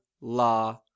la